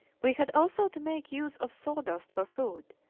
we had also to make use of sawdust for food,